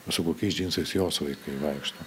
su kokiais džinsais jos vaikai vaikšto